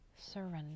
surrender